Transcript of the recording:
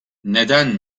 neden